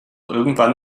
irgendwann